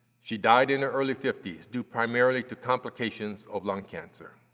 she died in her early fifty s due primarily to complications of lung cancer.